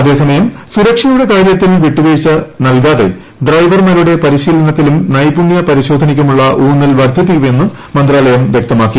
അത്യേസമയം ് സുരക്ഷയുടെ കാര്യത്തിൽ വിട്ടുവീഴ്ച നല്കാതെട് ക്ഡ്രൈവർമാരുടെ പരിശീലനത്തിലും നൈപുണ്യ പരിശോധിയ്ക്കുമുള്ള ഊന്നൽ വർദ്ധിപ്പിക്കുമെന്ന് മന്ത്രാലയം വ്യക്തമാക്കി